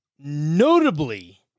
notably